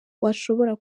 washobora